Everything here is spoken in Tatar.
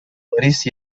харис